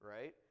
right